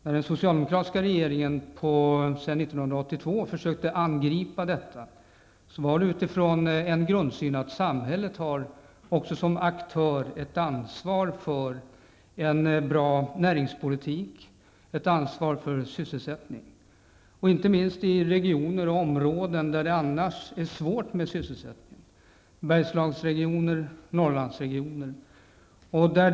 När den socialdemokratiska regeringen redan 1982 försökte angripa detta problem, var det utifrån grundsynen att samhället som aktör också har ett ansvar för en bra näringspolitik och en god sysselsättning. Detta gäller inte minst i regioner och områden där det annars är svårt med sysselsättningen, Bergslagsregionen och Norrlandsregionen.